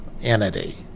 entity